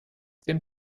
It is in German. dem